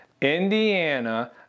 Indiana